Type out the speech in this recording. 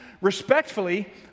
respectfully